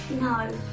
No